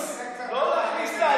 לא כל דבר הוא פוליטיקה.